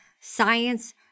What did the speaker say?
science